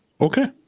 Okay